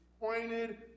pointed